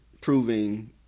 proving